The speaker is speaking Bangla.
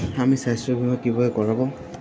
আমি স্বাস্থ্য বিমা কিভাবে করাব?